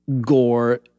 gore